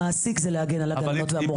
המעסיק זה להגן על הגננות והמורים.